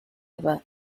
ever